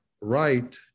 right